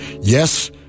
yes